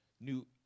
new